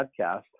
podcast